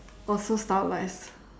oh so stylised